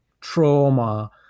trauma